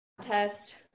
test